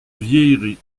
vieilleries